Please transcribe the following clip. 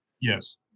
Yes